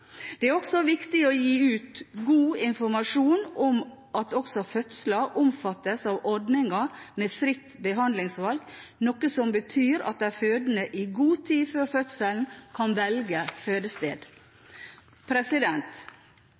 Det er også viktig å gi ut god informasjon om at også fødsler omfattes av ordningen med fritt behandlingsvalg, noe som betyr at de fødende i god tid før fødselen kan velge